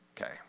Okay